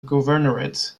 governorate